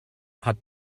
hat